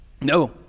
No